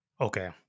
Okay